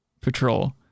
patrol